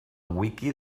wiki